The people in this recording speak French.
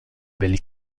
belle